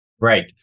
Right